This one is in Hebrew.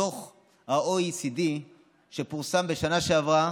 בדוח ה-OECD שפורסם בשנה שעברה